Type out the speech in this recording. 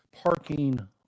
parking